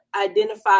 identify